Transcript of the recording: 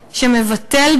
שמבטל,